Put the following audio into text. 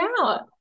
out